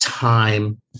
time